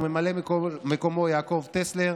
וממלא מקומו: יעקב טסלר,